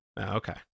Okay